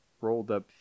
rolled-up